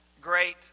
great